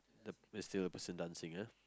the it's still a person dancing ah